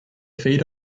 feed